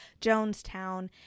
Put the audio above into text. Jonestown